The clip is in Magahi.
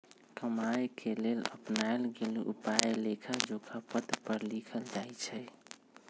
कमाए के लेल अपनाएल गेल उपायके लेखाजोखा पत्र पर लिखल जाइ छइ